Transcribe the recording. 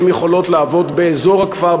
הן יכולות לעבוד באזור הכפר,